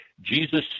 Jesus